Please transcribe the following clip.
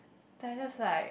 that I just like